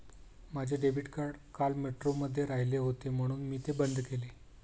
माझे debit card काल मेट्रोमध्ये राहिले होते म्हणून मी ते बंद केले